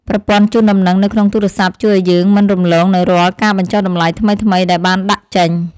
ប្រព័ន្ធជូនដំណឹងនៅក្នុងទូរស័ព្ទជួយឱ្យយើងមិនរំលងនូវរាល់ការបញ្ចុះតម្លៃថ្មីៗដែលបានដាក់ចេញ។